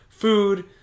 Food